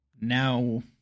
Now